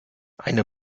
eine